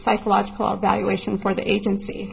psychological evaluation for the agency